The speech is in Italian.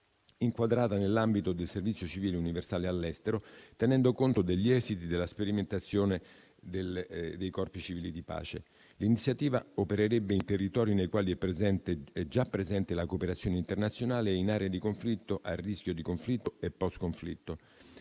inquadrata nell'ambito del servizio civile universale all'estero, tenendo conto degli esiti della sperimentazione dei corpi civili di pace. L'iniziativa opererebbe in territori nei quali è già presente la cooperazione internazionale e in aree di conflitto, a rischio di conflitto e postconflitto.